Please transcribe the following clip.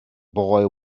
boy